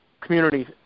community